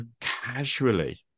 casually